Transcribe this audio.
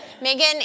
Megan